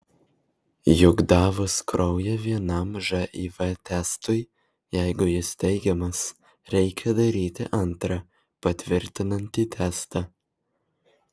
juk davus kraują vienam živ testui jeigu jis teigiamas reikia daryti antrą patvirtinantį testą